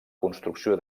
construcció